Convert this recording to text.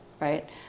right